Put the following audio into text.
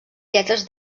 lletres